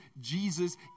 Jesus